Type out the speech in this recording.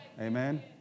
Amen